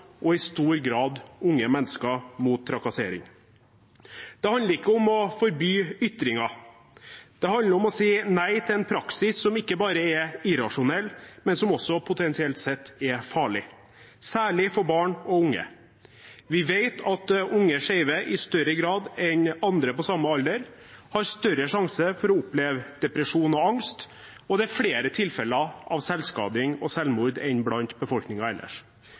og i stor grad unge mennesker, mot trakassering. Det handler ikke om å forby ytringer. Det handler om å si nei til en praksis som ikke bare er irrasjonell, men som også er potensielt farlig, særlig for barn og unge. Vi vet at unge skeive har større risiko enn andre på samme alder for å oppleve depresjon og angst, og det er flere tilfeller av selvskading og selvmord blant dem enn i befolkningen ellers.